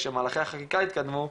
כשמהלכי החקיקה יתקדמו,